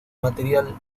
material